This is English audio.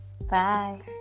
bye